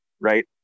right